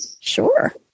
Sure